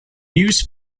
news